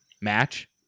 match